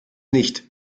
nicht